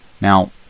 Now